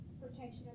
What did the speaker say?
Protection